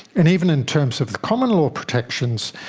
and even in terms of the common law protections,